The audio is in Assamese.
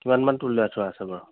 কিমান মান তোলাই থোৱা আছে বাৰু